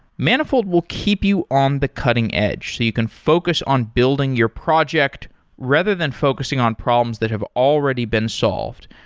manifold will keep you on the cutting-edge so you can focus on building your project rather than focusing on problems that have already been solved.